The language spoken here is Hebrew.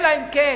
אלא אם כן